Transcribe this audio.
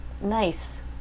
nice